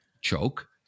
choke